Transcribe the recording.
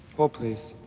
hold, please.